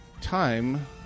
time